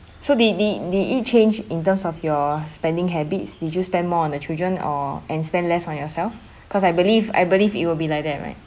so did did did it changed in terms of your spending habits did you spend more on the children or and spend less on yourself because I believe I believe it will be like that right